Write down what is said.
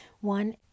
One